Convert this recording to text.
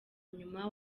nyuma